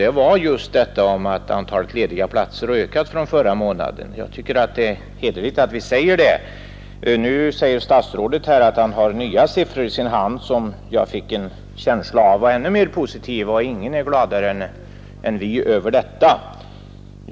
Det var just att antalet lediga platser har ökat från förra månaden, och jag tycker det är hederligt att tala om det. Nu säger statsrådet Holmqvist att han har nya siffror i sin hand, vilka jag fick en känsla av var ännu mer positiva, och ingen är gladare över det än vi.